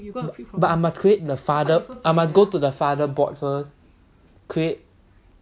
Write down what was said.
but I must create the father I must go to the father board first create